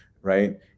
right